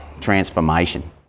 transformation